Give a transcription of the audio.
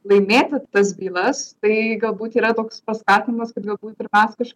laimėti tas bylas tai galbūt yra toks pasakymas kad galbūt ir mes kaž